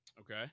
Okay